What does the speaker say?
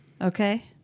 Okay